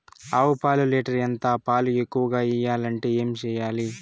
ఆవు పాలు లీటర్ ఎంత? పాలు ఎక్కువగా ఇయ్యాలంటే ఏం చేయాలి?